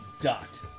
dot